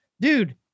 Dude